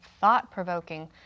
thought-provoking